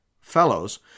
fellows